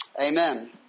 Amen